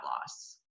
loss